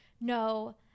no